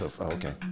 okay